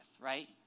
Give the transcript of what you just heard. right